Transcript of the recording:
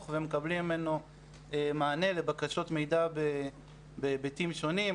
ומקבלים ממנו מענה לבקשות מידע בהיבטים שונים.